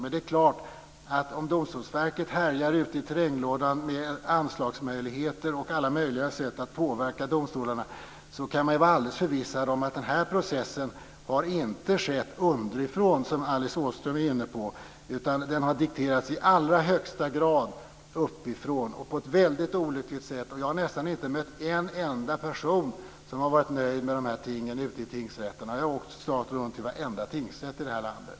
Men det är klart att om Domstolsverket härjar ute i terränglådan med anslagsmöjligheter och alla möjliga sätt att påverka domstolarna, kan man vara alldeles förvissad om att den här processen inte har skett underifrån, som Alice Åström är inne på. Den har i allra högsta grad dikterats uppifrån, och det har skett på ett väldigt olyckligt sätt. Jag har nästan inte mött en enda person som har varit nöjd med detta ute i tingsrätterna, och jag har snart åkt runt till varenda tingsrätt i det här landet.